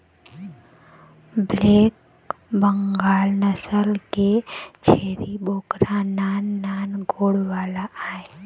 black Bengal नसल के छेरी बोकरा नान नान गोड़ वाला आय